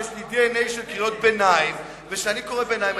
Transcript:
שיש לי DNA של קריאות ביניים ושאני קורא קריאות ביניים.